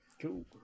Cool